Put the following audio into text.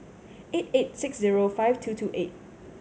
eight eight six zero five two two eight